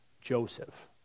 Joseph